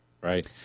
Right